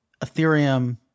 Ethereum